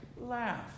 laugh